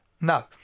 No